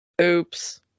Oops